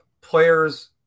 players